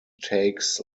takes